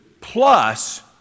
plus